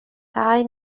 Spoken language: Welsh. dau